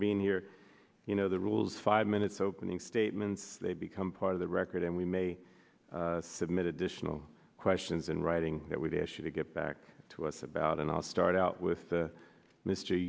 being here you know the rules five minutes opening statements they become part of the record and we may submit additional questions in writing that we've asked you to get back to us about and i'll start out with